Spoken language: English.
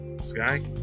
Sky